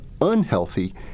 unhealthy